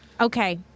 Okay